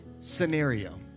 scenario